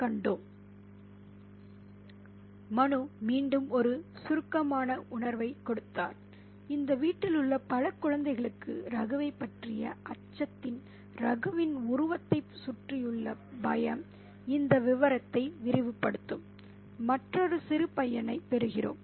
Refer Slide Tim மனு மீண்டும் ஒரு சுருக்கமான உணர்வைக் கொடுத்தார்இந்த வீட்டிலுள்ள பல குழந்தைகளுக்கு ரகுவைப் பற்றிய அச்சத்தின ரகுவின் உருவத்தைச் சுற்றியுள்ள பயம் இந்த விவரத்தை விரிவுபடுத்தும் மற்றொரு சிறு பையனைப் பெறுகிறோம்